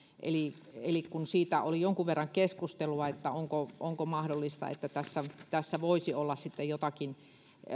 eli eli kun siitä oli jonkun verran keskustelua että onko mahdollista että tässä tässä voisi olla sitten jotakin